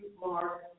Mark